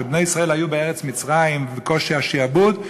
שבני-ישראל היו בארץ מצרים וקושי השעבוד,